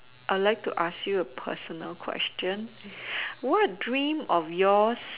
I like to ask you a personal question what dream of yours